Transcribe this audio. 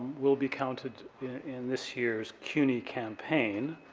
will be counted in this year's cuny campaign,